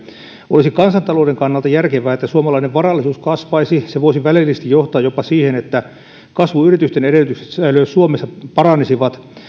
olisi kansantalouden kannalta järkevää että suomalainen varallisuus kasvaisi se voisi välillisesti johtaa jopa siihen että kasvuyritysten edellytykset säilyä suomessa paranisivat